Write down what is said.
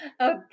Okay